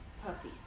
Puffy